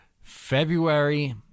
February